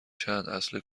چند، اصل